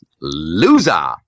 Loser